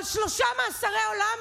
על שלושה מאסרי עולם,